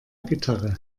gitarre